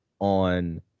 on